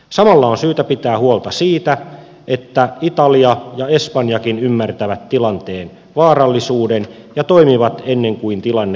samalla on syytä pitää huolta siitä että italia ja espanjakin ymmärtävät tilanteen vaarallisuuden ja toimivat ennen kuin tilanne riistäytyy käsistä